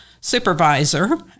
supervisor